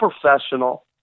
professional